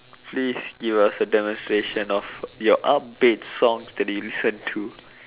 please give us a demonstration of your up beat songs that you listen to